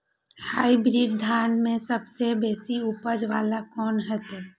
Hybrid धान में सबसे बेसी उपज बाला कोन हेते?